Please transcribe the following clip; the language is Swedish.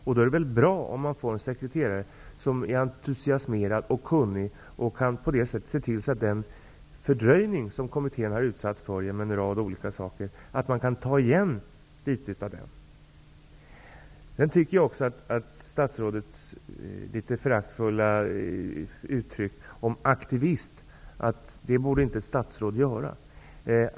Då vore det väl bra med en sekreterare som är entusiastisk och kunnig och som därför kan se till att den fördröjning som av olika orsaker har drabbat kommittén kan tas igen. Statsrådets uttryckte sig litet föraktfullt om aktivist. Ett sådant uttalande borde inte ett statsråd göra.